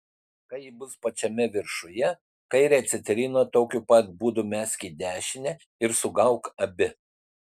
kai ji bus pačiame viršuje kairę citriną tokiu pat būdu mesk į dešinę ir sugauk abi